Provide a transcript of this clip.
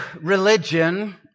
religion